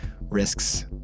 risks